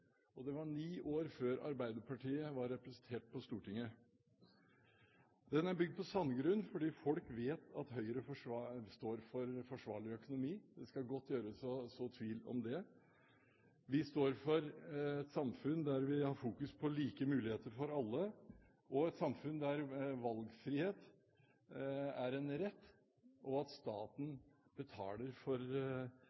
vedtatt. Det var ni år før Arbeiderpartiet var representert på Stortinget. Den er bygget på sandgrunn fordi folk vet at Høyre står for forsvarlig økonomi – det skal godt gjøres å så tvil om det. Vi står for et samfunn der vi har fokus på like muligheter for alle, et samfunn der valgfrihet er en rett, og at staten